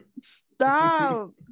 stop